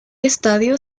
estadio